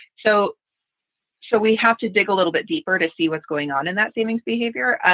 so so we have to dig a little bit deeper to see what's going on. and that seeming behavior, ah